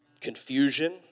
confusion